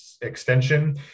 extension